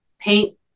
paint